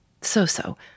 So-so